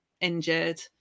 injured